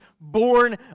born